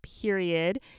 period